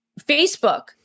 Facebook